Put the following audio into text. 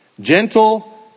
Gentle